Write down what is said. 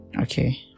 Okay